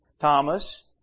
Thomas